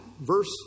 Verse